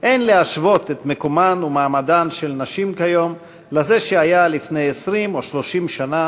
אין להשוות את מקומן ומעמדן של נשים כיום לזה שהיה לפני 20 או 30 שנה,